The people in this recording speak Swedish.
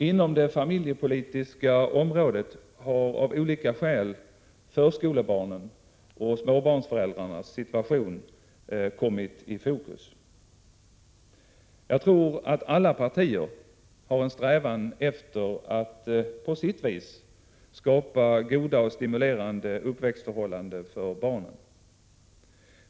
Inom det familjepolitiska området har av olika skäl förskolebarnen och småbarnsföräldrarnas situation kommit i fokus. Jag tror att alla partier har en strävan efter att på sitt vis skapa goda och stimulerande uppväxtförhållanden för barnen.